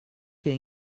che